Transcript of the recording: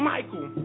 Michael